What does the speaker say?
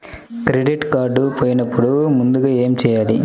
Credit card పోయినపుడు ముందుగా ఏమి చేయాలి?